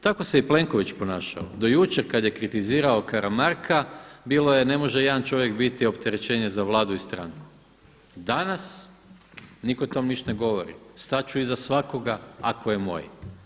Tako se i Plenković ponašao do jučer kada je kritizirao Karamarka bilo je ne može jedan čovjek biti opterećenje za Vladu i stranku, danas nitko o tome ništa ne govori, stati ću iza svakoga ako je moj.